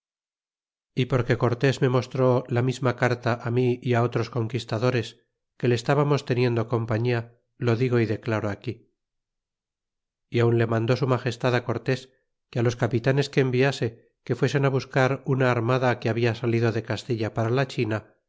y porque cortés me mostró la misma carta á mí y á otros conquistadores que le estábamos teniendo compañía lo digo y declaro aquí y aun le mandó su magestad cortés que á los capitanes que enviase que fuesen buscar una armada que habia salido de castilla para la china